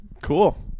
Cool